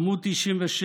עמ' 97,